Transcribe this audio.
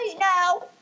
No